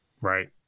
Right